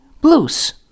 Blues